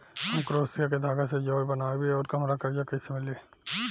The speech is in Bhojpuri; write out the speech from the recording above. हम क्रोशिया के धागा से जेवर बनावेनी और हमरा कर्जा कइसे मिली?